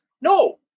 no